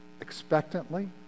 expectantly